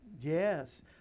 Yes